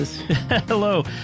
Hello